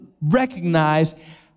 recognize